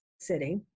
City